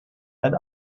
and